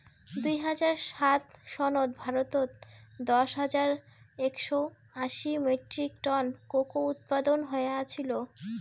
দুই হাজার সাত সনত ভারতত দশ হাজার একশও আশি মেট্রিক টন কোকো উৎপাদন হয়া আছিল